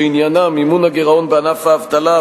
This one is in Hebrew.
שעניינם מימון הגירעון בענף האבטלה,